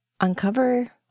uncover